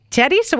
Teddy